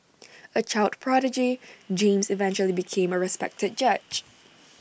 A child prodigy James eventually became A respected judge